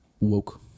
Woke